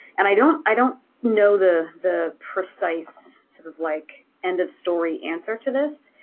and i don't i don't know the the precise, sort of like, end of story answer to this.